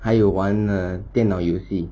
还有玩电脑游戏